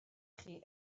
chi